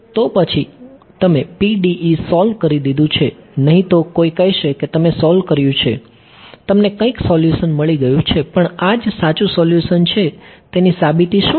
તો પછી તમે PDE સોલ્વ કરી દીધું છે નહીં તો કોઈ કહેશે કે તમે સોલ્વ કર્યો છે તમને કંઈક સોલ્યુશન મળી ગયું છે પણ આ જ સાચું સોલ્યુશન છે તેની સાબિતી શું છે